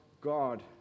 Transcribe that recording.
God